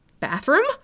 Bathroom